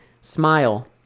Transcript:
smile